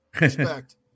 respect